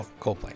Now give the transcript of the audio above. Coldplay